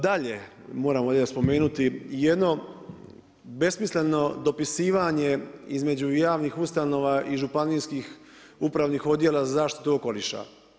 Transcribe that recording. Dalje, moram ovdje spomenuti jedno besmisleno dopisivanje između javnih ustanova i županijskih upravnih odjela za zaštitu okoliša.